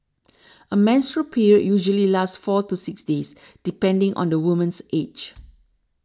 a menstrual period usually lasts four to six days depending on the woman's age